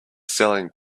selling